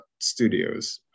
studios